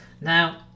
Now